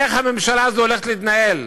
איך הממשלה הזו הולכת להתנהל?